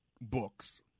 books